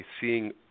seeing